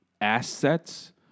assets